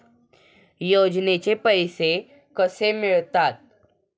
योजनेचे पैसे कसे मिळतात?